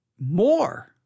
more